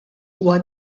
huwa